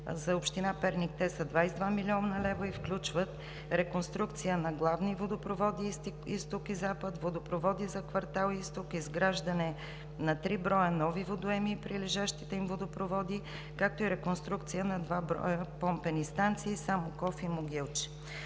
За община Перник те са 22 млн. лв. и включват: реконструкция на главните водопроводи Изток – Запад; водопроводите за квартал „Изток“; изграждане на три броя нови водоеми и прилежащите им водопроводи; реконструкция на два броя помпени станции – Самоков и Могилче.